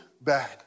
bad